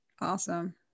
Awesome